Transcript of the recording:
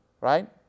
right